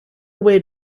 way